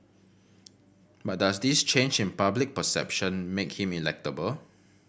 but does this change in public perception make him electable